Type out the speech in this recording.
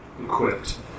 equipped